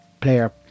player